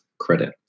credit